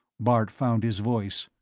bart found his voice.